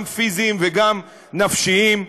גם פיזיים וגם נפשיים.